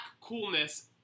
coolness